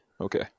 Okay